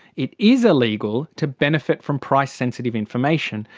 it is illegal to benefit from price-sensitive information,